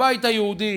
הבית היהודי,